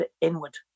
inward